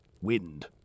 Wind